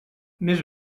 més